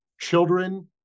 children